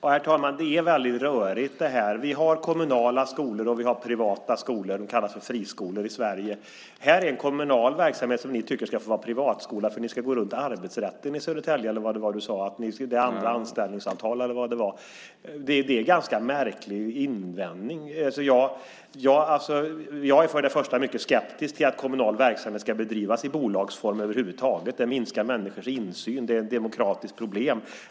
Herr talman! Det här är väldigt rörigt. Vi har kommunala skolor, och vi har privata skolor. De kallas i Sverige för friskolor. Här finns en kommunal verksamhet som Mats Pertofts parti tycker ska vara privatskola - för att kunna gå runt arbetsrätten i Södertälje, eller vad det var han sade; de skulle behöva andra anställningsavtal och sådant. Det är en ganska märklig invändning. Jag är för det första mycket skeptisk till att kommunal verksamhet över huvud taget ska bedrivas i bolagsform. Det minskar människors insyn, vilket är ett demokratiskt problem.